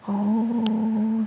oh